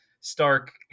Stark